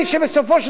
עוד שנתיים,